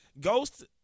ghost